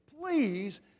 please